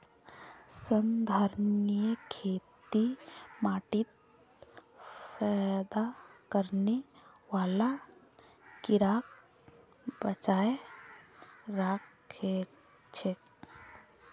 संधारणीय खेती माटीत फयदा करने बाला कीड़ाक बचाए राखछेक